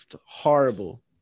horrible